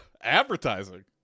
Advertising